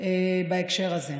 בהקשר הזה.